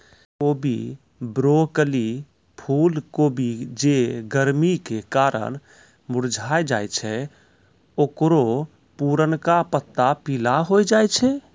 कोबी, ब्रोकली, फुलकोबी जे गरमी के कारण मुरझाय जाय छै ओकरो पुरनका पत्ता पीला होय जाय छै